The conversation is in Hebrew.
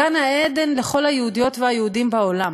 גן-עדן לכל היהודיות והיהודים בעולם.